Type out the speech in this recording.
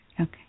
okay